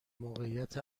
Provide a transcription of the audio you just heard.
موقعیت